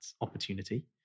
opportunity